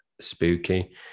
spooky